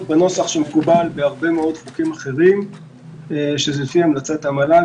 בנוסח שמקובל בהרבה חוקים אחרים לפי המלצת המל"ג,